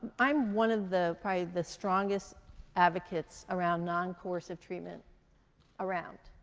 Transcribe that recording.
i'm one of the probably the strongest advocates around non-coercive treatment around.